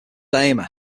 daimler